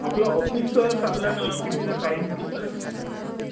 आपलं ऑफिसचं साधारण कितीचं टाइम कसा आहे